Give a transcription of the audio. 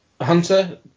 Hunter